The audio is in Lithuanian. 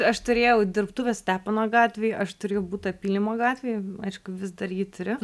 aš turėjau dirbtuves stepono gatvėj aš turiu butą pylimo gatvėj aišku vis dar jį turiu